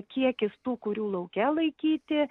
kiekis tų kurių lauke laikyti